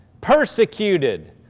Persecuted